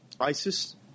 ISIS